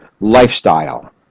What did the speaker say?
lifestyle